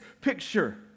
picture